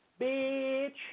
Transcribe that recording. Bitch